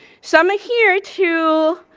so i'm here to